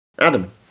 Adam